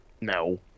No